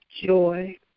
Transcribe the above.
joy